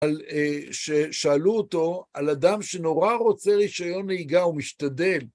ששאלו אותו על אדם שנורא רוצה רישיון נהיגה ומשתדל.